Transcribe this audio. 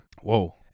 Whoa